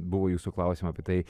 buvo jūsų klausiama apie tai